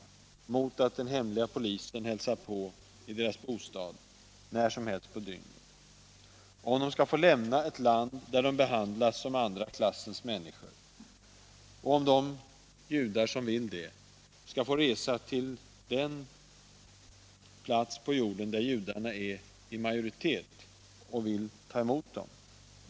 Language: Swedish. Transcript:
Det gäller tryggheten mot att hemliga polisen hälsar på i deras bostad när som helst på dygnet och om de skall få lämna ett land där de behandlas som andra klassens människor. Det gäller om de judar som så vill skall få resa till den plats på jorden där judarna är i majoritet och där man vill ta emot dem.